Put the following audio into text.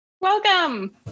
Welcome